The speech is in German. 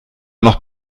noch